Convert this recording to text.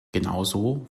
genauso